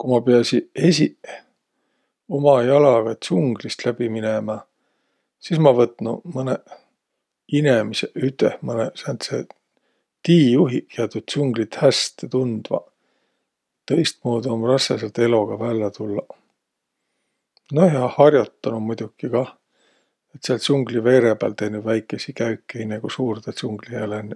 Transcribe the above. Ku ma piäsiq esiq uma jalaga ts'unglist läbi minemä, sis ma võtnuq mõnõq inemiseq üteh, mõnõq sääntseq tiijuhiq, kiä tuud ts'unglit häste tundvaq. Tõistmuudu um rassõ säält eloga vällä tullaq. Nojah ja har'otanuq muidoki kah, et sääl ts'ungli veere pääl tennüq väikeisi käüke, inne ku suurdõ ts'unglihe lännüq.